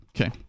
Okay